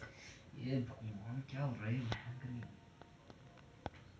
क्या मैं ए.टी.एम में अपना बैलेंस चेक कर सकता हूँ?